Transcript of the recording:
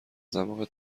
دماغت